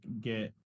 get